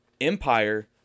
empire